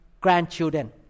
grandchildren